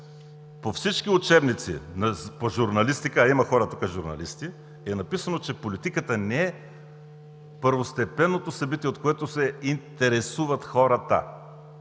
по всички учебници по журналистика – тук има хора журналисти, е написано, че политиката не е първостепенното събитие, от което се интересуват хората.